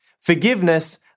Forgiveness